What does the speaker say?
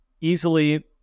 easily